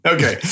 Okay